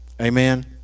Amen